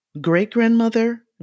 Great-grandmother